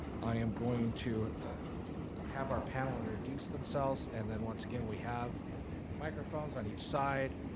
i am going to have our panel introduce themselves, and then once again we have microphones on each side.